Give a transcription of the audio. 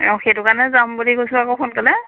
অঁ সেইটো কাৰণে যাম বুলি কৈছোঁ আকৌ সোনকালে